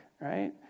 right